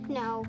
no